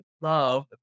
love